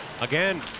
again